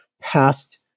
past